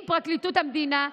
עם פרקליטות המדינה,